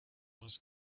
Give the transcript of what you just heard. was